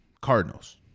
Cardinals